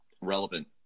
relevant